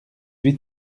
huit